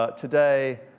but today,